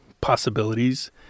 possibilities